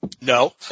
No